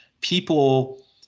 people